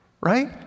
right